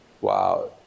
Wow